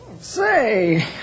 Say